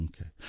Okay